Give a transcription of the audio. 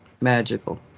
magical